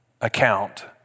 account